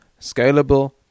scalable